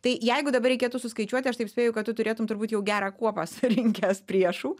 tai jeigu dabar reikėtų suskaičiuoti aš taip spėju kad tu turėtum turbūt jau gerą kuopą surinkęs priešų